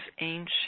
ancient